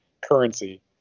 currency